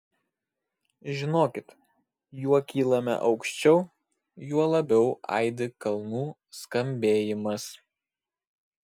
žinokit juo kylame aukščiau juo labiau aidi kalnų skambėjimas